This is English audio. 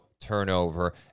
turnover